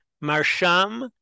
marsham